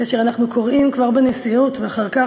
כבר כאשר אנחנו קוראים בנשיאות ואחר כך